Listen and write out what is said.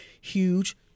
huge